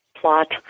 plot